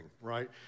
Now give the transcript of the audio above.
right